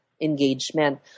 engagement